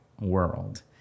world